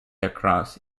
across